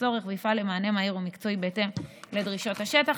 הצורך ויפעל למענה מהיר ומקצועי בהתאם לדרישות השטח.